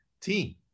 team